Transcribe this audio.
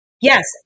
Yes